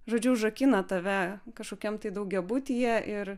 žodžiu užrakina tave kažkokiam tai daugiabutyje ir